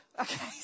Okay